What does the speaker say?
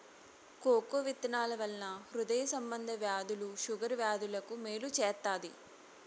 cocoa విత్తనాల వలన హృదయ సంబంధ వ్యాధులు షుగర్ వ్యాధులకు మేలు చేత్తాది